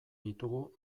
ditugu